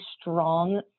strong